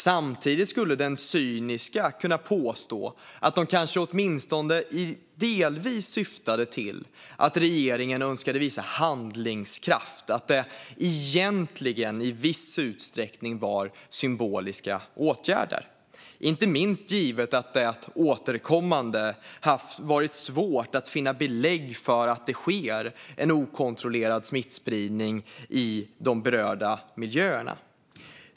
Samtidigt skulle den cyniska kunna påstå att restriktionerna åtminstone delvis syftar till att regeringen önskar visa handlingskraft, det vill säga de är egentligen i viss utsträckning symboliska åtgärder - detta inte minst givet att det återkommande har varit svårt att finna belägg för att det sker en okontrollerad smittspridning i de berörda miljöerna.